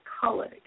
colored